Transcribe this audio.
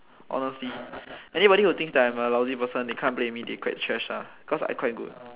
honestly anybody who thinks that I'm a lousy person they come play with me they get thrashed ah because I quite good